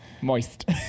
Moist